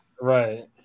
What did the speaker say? Right